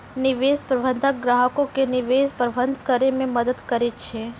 निवेश प्रबंधक ग्राहको के निवेश प्रबंधन करै मे मदद करै छै